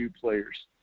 players